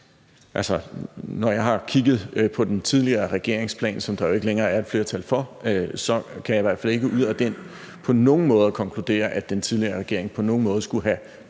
når jeg har kigget på den tidligere regerings plan, som der jo ikke længere er et flertal for, så kan jeg i hvert fald ikke ud af den på nogen måder konkludere, at den tidligere regering på nogen måde skulle have